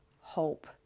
hope